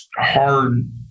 hard